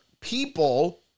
people